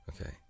Okay